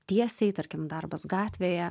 tiesiai tarkim darbas gatvėje